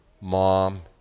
mom